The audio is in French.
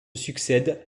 succèdent